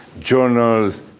journals